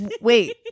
Wait